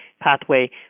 pathway